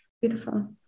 Beautiful